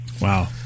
Wow